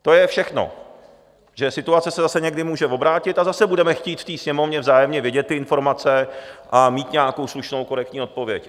To je všechno, protože situace se zase někdy může obrátit a zase budeme chtít ve Sněmovně vzájemně vědět ty informace a mít nějakou slušnou korektní odpověď.